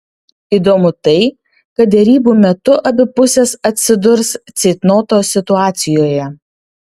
įdomu tai kad derybų metu abi pusės atsidurs ceitnoto situacijoje